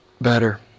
better